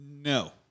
No